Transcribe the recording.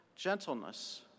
gentleness